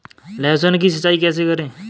लहसुन की सिंचाई कैसे करें?